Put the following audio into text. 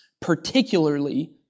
particularly